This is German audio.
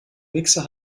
mixer